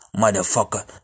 motherfucker